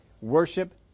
worship